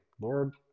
Lord